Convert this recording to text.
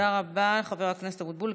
תודה רבה לחבר הכנסת אבוטבול,